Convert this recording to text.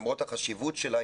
למרות החשיבות שלה,